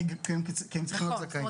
כי הם צריכים להיות זכאים.